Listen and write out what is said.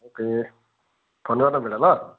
okay phone गर न मलाई ल